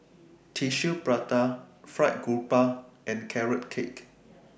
Tissue Prata Fried Grouper and Carrot Cake